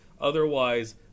Otherwise